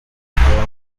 reba